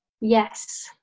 Yes